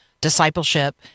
discipleship